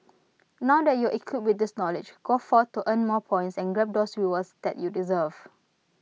now that you're equipped with this knowledge go forth to earn more points and grab those rewards that you deserve